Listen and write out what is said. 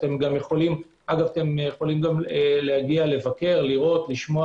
אתם יכולים להגיע לבקר, לשמוע